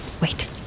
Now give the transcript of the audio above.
Wait